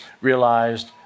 realized